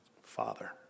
Father